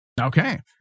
okay